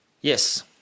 yes